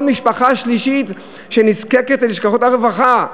כל משפחה שלישית נזקקת ללשכות הרווחה.